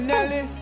Nelly